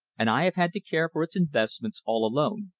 and i have had to care for its investments all alone.